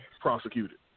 prosecuted